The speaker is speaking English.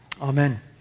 Amen